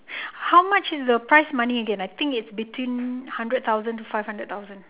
how much is the prize money again I think it's between hundred thousand to five hundred thousand